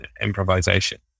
improvisation